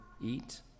eat